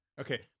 Okay